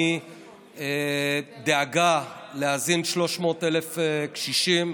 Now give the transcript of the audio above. מדאגה להזין 300,000 קשישים,